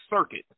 Circuit